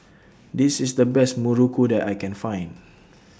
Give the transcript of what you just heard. This IS The Best Muruku that I Can Find